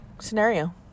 scenario